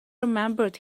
remembered